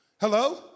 Hello